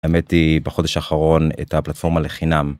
האמת היא, בחודש האחרון את הפלטפורמה לחינם.